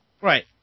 Right